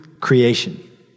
creation